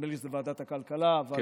נדמה לי שזה ועדת הכלכלה, כן.